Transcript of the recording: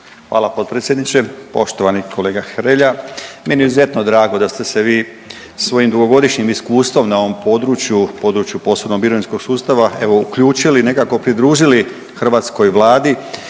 Hvala potpredsjedniče. Poštovani kolega Hrelja, meni je izuzetno drago da ste se vi svojim dugogodišnjim iskustvom na ovom području, području posebno mirovinskog sustava evo uključili, nekako pridružili hrvatskoj Vladi